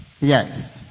Yes